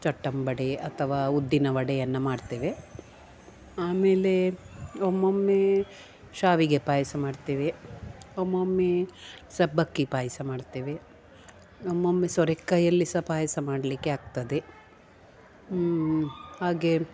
ಚಟ್ಟಂಬಡೆ ಅಥವಾ ಉದ್ದಿನ ವಡೆಯನ್ನ ಮಾಡ್ತೇವೆ ಆಮೇಲೆ ಒಮ್ಮೊಮ್ಮೆ ಶಾವಿಗೆ ಪಾಯಸ ಮಾಡ್ತೇವೆ ಒಮ್ಮೊಮ್ಮೆ ಸಬ್ಬಕ್ಕಿ ಪಾಯಸ ಮಾಡ್ತೇವೆ ಒಮ್ಮೊಮ್ಮೆ ಸೊರೆಕಾಯಲ್ಲಿ ಸಾ ಪಾಯಸ ಮಾಡಲಿಕ್ಕೆ ಆಗ್ತದೆ ಹಾಗೆ